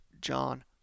John